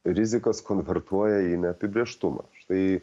rizikas konvertuoja į neapibrėžtumą štai